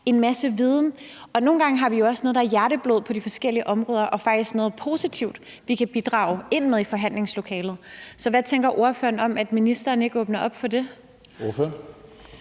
en masse viden, og nogle gange har vi også noget, der er hjerteblod på de forskellige områder, og faktisk noget positivt, vi kan bidrage med i forhandlingslokalet. Så hvad tænker ordføreren om, at ministeren ikke åbner op for det? Kl.